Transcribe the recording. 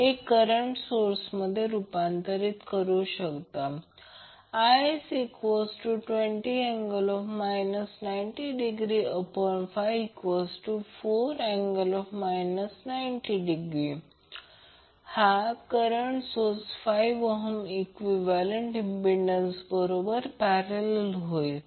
हे करंट सोर्समध्ये रूपांतर करू शकता Is20∠ 90°54∠ 90° हा current source 5 ohm equivalent impedance बरोबर पॅरलल होईल